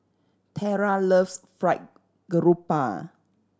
Tera loves Fried Garoupa